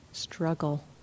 Struggle